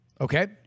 Okay